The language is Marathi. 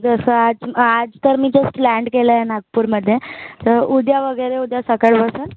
जसं आज आज तर मी जस्ट लँड केलं आहे नागपूरमध्ये तर उद्या वगैरे उद्या सकाळपासून